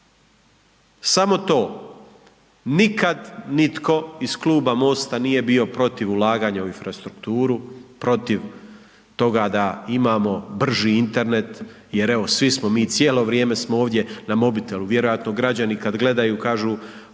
Samo to, nikad nitko iz Kluba MOST-a nije bio protiv ulaganja u infrastrukturu, protiv toga da imamo brži Internet jer evo svi smo mi, cijelo vrijeme smo ovdje na mobitelu, vjerojatno građani kad gledaju kažu,